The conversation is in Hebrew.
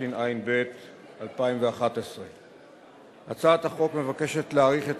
התשע"ב 2011. הצעת החוק מבקשת להאריך את